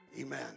Amen